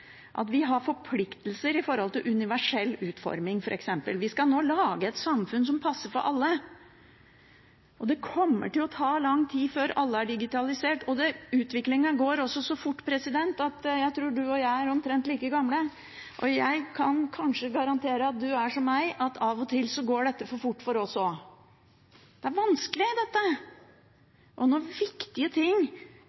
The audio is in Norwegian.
at vi har forpliktelser når det gjelder universell utforming, f.eks. Vi skal nå lage et samfunn som passer for alle, og det kommer til å ta lang tid før alle er digitalisert. Utviklingen går så fort, president. Jeg tror du og jeg er omtrent like gamle, og jeg kan kanskje garantere at du er som meg, at av og til går dette for fort for oss også, Det er vanskelig, og når viktige ting blir digitalisert, er